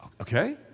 Okay